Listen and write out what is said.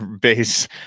base